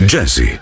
Jesse